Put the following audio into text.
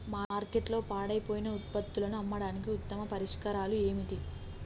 మార్కెట్లో పాడైపోయిన ఉత్పత్తులను అమ్మడానికి ఉత్తమ పరిష్కారాలు ఏమిటి?